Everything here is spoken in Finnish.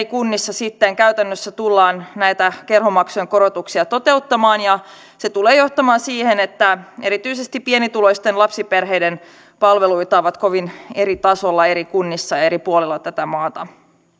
kunnissa sitten käytännössä tullaan näitä kerhomaksujen korotuksia toteuttamaan ja se tulee johtamaan siihen että erityisesti pienituloisten lapsiperheiden palvelut ovat kovin eri tasolla eri kunnissa ja eri puolilla tätä maata